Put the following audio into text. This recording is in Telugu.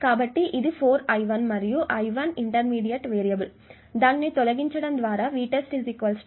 కాబట్టి ఇది 4I1 మరియు I1 ఇంటర్మీడియట్ వేరియబుల్ దానిని తొలగించడం ద్వారా Vtest 4 L dItest dt వస్తుంది